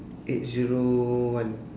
eight zero one